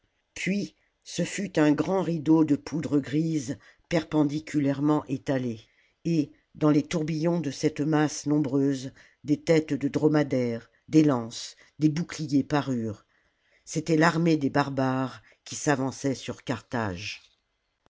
puis ce fut un grand rideau de poudre grise perpendiculairement étalé et dans les tourbillons de cette masse nombreuse des têtes de dromadaires des lances des boucliers parurent c'était l'armée des barbares qui s'avajiçait sur carthage